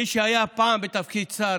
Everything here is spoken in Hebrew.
מי שהיה פעם בתפקיד שר,